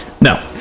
No